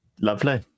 lovely